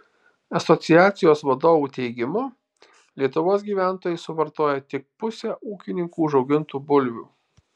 asociacijos vadovų teigimu lietuvos gyventojai suvartoja tik pusę ūkininkų užaugintų bulvių